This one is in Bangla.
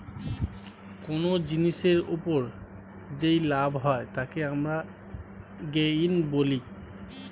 কোন জিনিসের ওপর যেই লাভ হয় তাকে আমরা গেইন বলি